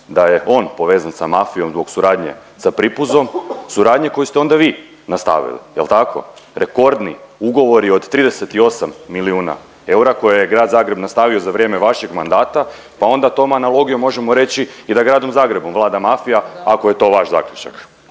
da je on povezan sa mafijom zbog suradnje sa Pripuzom, suradnje koju ste onda vi nastavili, jel tako, rekordni ugovori od 38 milijuna eura koje je Grad Zagreb nastavio za vrijeme vašeg mandata, pa onda tom analogijom možemo reći i da Gradom Zagrebom vlada mafija ako je to vaš zaključak,